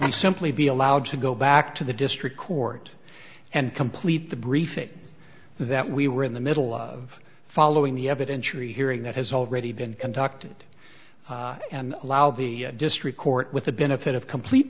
we simply be allowed to go back to the district court and complete the briefing that we were in the middle of following the evidence rehearing that has already been conducted and allow the district court with the benefit of complete